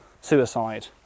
suicide